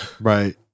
Right